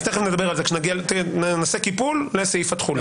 אז תיכף נדבר על זה, נעשה קיפול לסעיף התחולה.